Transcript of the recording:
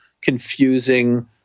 confusing